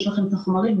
יש לכם את החומרים.